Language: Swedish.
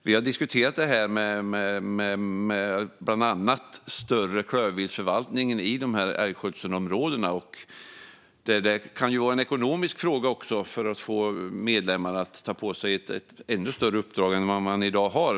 Vi har diskuterat bland annat klövviltsförvaltningen i älgskötselområdena. Det kan också vara en ekonomisk fråga att få medlemmar att ta på sig ett ännu större uppdrag än i dag.